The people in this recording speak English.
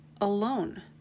alone